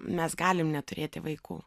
mes galim neturėti vaikų